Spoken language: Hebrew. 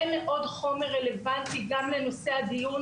מאוד חומר רלוונטי גם לנושא הדיון,